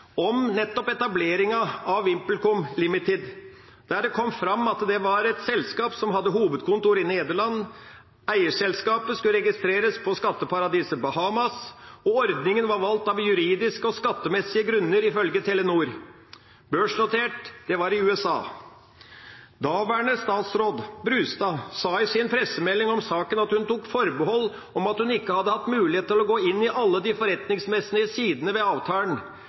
om nettopp etableringen av VimpelCom Ltd., der det kom fram at det var et selskap som hadde hovedkontor i Nederland, at eierselskapet skulle registreres på skatteparadiset Bermuda, at ordningen var valgt av juridiske og skattemessige grunner, ifølge Telenor, og at det skulle børsnoteres i USA. Daværende statsråd Brustad sa i sin pressemelding om saken at hun tok forbehold om at hun ikke hadde hatt mulighet til å gå inn i alle de forretningsmessige sidene ved avtalen.